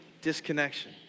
Disconnection